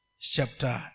chapter